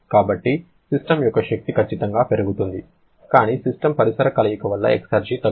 కాబట్టి సిస్టమ్ యొక్క శక్తి ఖచ్చితంగా పెరుగుతుంది కానీ సిస్టమ్ పరిసర కలయిక వల్ల ఎక్సర్జి తగ్గుతుంది